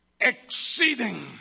Exceeding